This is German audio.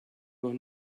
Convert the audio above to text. noch